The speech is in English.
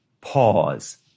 pause